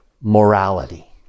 morality